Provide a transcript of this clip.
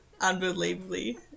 unbelievably